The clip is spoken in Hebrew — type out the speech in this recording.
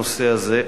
הנושא הזה,